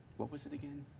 what was it again?